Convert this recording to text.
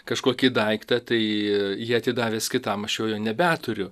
kažkokį daiktą tai jį atidavęs kitam aš jau jo nebeturiu